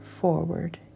forward